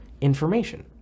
information